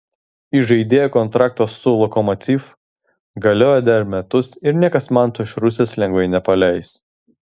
įžaidėjo kontraktas su lokomotiv galioja dar metus ir niekas manto iš rusijos lengvai nepaleis